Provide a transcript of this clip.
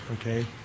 okay